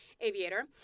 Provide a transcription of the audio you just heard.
Aviator